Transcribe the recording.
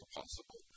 possible